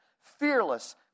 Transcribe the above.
fearless